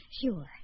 sure